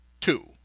two